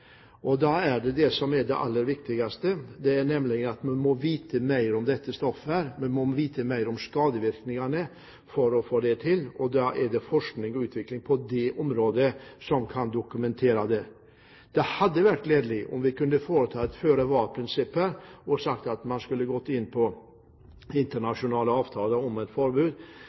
vite mer om dette stoffet, vi må vite mer om skadevirkningene, for å få til det, og da er det forskning og utvikling på dette området som kan dokumentere det. Det hadde vært gledelig om vi kunne ha et føre-var-prinsipp her og si at man skulle gå inn på internasjonale avtaler om et forbud.